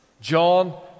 John